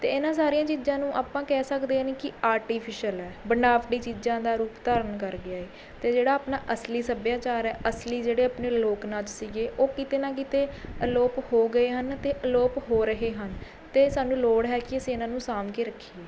ਅਤੇ ਇਹਨਾਂ ਸਾਰੀਆਂ ਚੀਜ਼ਾਂ ਨੂੰ ਆਪਾਂ ਕਹਿ ਸਕਦੇ ਹਨ ਕਿ ਆਰਟੀਫਿਸ਼ਅਲ ਹੈ ਬਨਾਵਟੀ ਚੀਜ਼ਾਂ ਦਾ ਰੂਪ ਧਾਰਨ ਕਰ ਗਿਆ ਏ ਅਤੇ ਜਿਹੜਾ ਆਪਣਾ ਅਸਲੀ ਸੱਭਿਆਚਾਰ ਹੈ ਅਸਲੀ ਜਿਹੜੇ ਆਪਣੇ ਲੋਕ ਨਾਚ ਸੀਗੇ ਉਹ ਕਿਤੇ ਨਾ ਕਿਤੇ ਅਲੋਪ ਹੋ ਗਏ ਹਨ ਅਤੇ ਅਲੋਪ ਹੋ ਰਹੇ ਹਨ ਅਤੇ ਸਾਨੂੰ ਲੋੜ ਹੈ ਕਿ ਅਸੀਂ ਇਹਨਾਂ ਨੂੰ ਸਾਂਭ ਕੇ ਰੱਖੀਏ